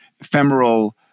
ephemeral